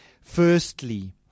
Firstly